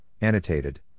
annotated